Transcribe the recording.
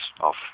off